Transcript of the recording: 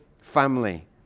family